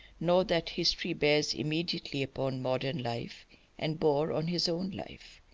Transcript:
nor that history bears immediately upon modern life and bore on his own life.